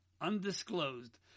undisclosed